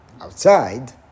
outside